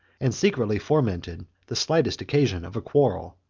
and secretly fomented, the slightest occasion of a quarrel.